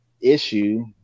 issue